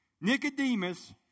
Nicodemus